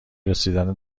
رسیدن